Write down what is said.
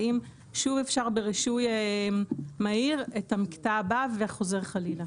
האם שוב אפשר ברישוי מהיר את המקטע הבא וחוזר חלילה?